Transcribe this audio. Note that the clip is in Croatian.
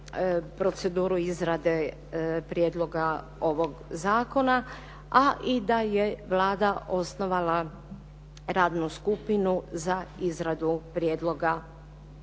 proceduru izrade prijedloga ovog zakona, a i da je Vlada osnovala radnu skupinu za izradu prijedloga